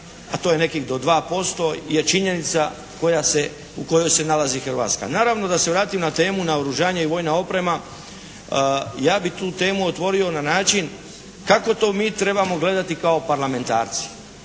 a to je nekih do 2% je činjenica u kojoj se nalazi Hrvatska. Naravno da se vratim na temu oružanje i vojna oprema. Ja bih tu temu otvorio na način, kako to mi trebamo gledati kao parlamentarci.